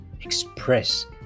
express